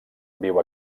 viu